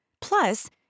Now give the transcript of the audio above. Plus